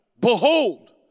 Behold